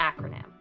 acronym